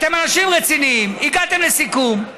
אתם אנשים רציניים, הגעתם לסיכום.